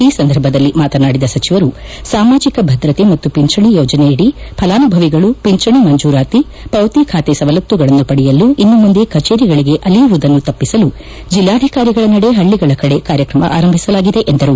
ಈ ಸಂದರ್ಭದಲ್ಲಿ ಮಾತನಾಡಿದ ಸಚಿವರು ಸಾಮಾಜಕ ಭದ್ರತೆ ಮತ್ತು ಪಿಂಚಣಿ ಯೋಜನೆಯಡಿ ಫಲಾನುಭವಿಗಳು ಪಿಂಚಣಿ ಮಂಜೂರಾತಿ ಪೌತಿ ಖಾತೆ ಸವಲತ್ತುಗಳನ್ನು ಪಡೆಯಲು ಇನ್ನು ಮುಂದೆ ಕಚೇರಿಗಳಿಗೆ ಅಲೆಯುವುದನ್ನು ತಪ್ಪಿಸಲು ಜಿಲ್ಲಾಧಿಕಾರಿಗಳ ನಡೆ ಹಳ್ಳಗಳ ಕಡೆ ಕಾರ್ಯಕ್ರಮ ಆರಂಭಿಸಲಾಗಿದೆ ಎಂದರು